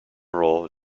role